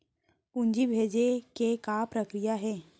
पूंजी भेजे के का प्रक्रिया हे?